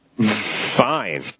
Fine